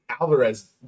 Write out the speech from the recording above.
Alvarez